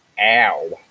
Ow